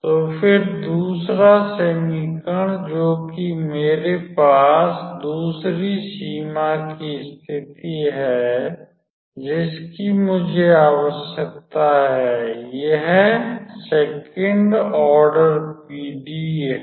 तो फिर दूसरा समीकरण जोकि मेरे पास दूसरी सीमा की स्थिति है जिसकी मुझे आवश्यकता है यह सेकंड ऑर्डर पीडी है